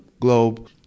globe